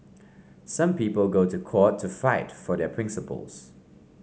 some people go to court to fight for their principles